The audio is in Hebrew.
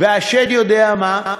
והשד יודע מה.